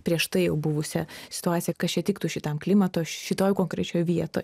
prieš tai jau buvusią situaciją kas čia tiktų šitam klimato šitoj konkrečioj vietoj